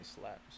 slaps